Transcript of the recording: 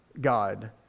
God